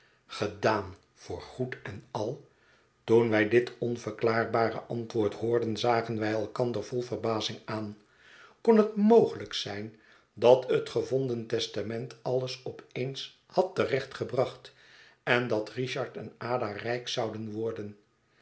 gedaan voor goed en al toen wij dit onverklaarbare antwoord hoorden zagen wij elkander vol verbazing aan kon het mogelijk zijn dat het gevonden testament alles op eens had te recht gebracht en dat richard en ada rijk zouden worden